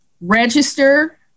register